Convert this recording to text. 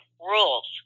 rules